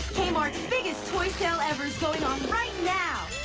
kmart's biggest toy sale ever's going on right now.